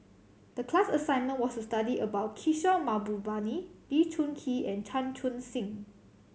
the class assignment was to study about Kishore Mahbubani Lee Choon Kee and Chan Chun Sing